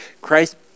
Christ